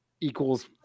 equals